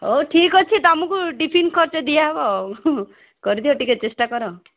ହେଉ ଠିକ ଅଛି ତମକୁ ଟିଫିନ୍ ଖର୍ଚ୍ଚ ଦିଆହେବ ଆଉ କରିଦିଅ ଟିକିଏ ଚେଷ୍ଟା କର